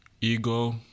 Ego